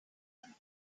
him